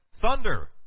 thunder